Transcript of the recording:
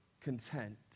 content